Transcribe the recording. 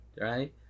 right